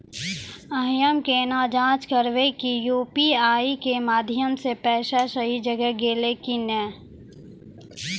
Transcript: हम्मय केना जाँच करबै की यु.पी.आई के माध्यम से पैसा सही जगह गेलै की नैय?